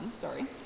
sorry